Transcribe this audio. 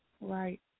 Right